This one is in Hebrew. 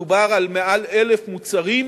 מדובר על מעל 1,000 מוצרים